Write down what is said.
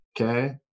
okay